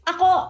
Ako